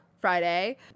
Friday